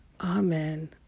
Amen